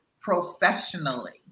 professionally